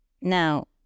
now